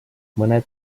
mõned